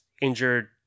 injured